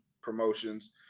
promotions